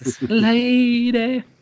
lady